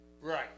Right